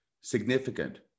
significant